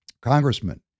congressman